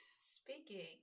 Speaking